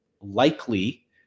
likely